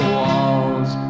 walls